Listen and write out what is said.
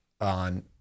on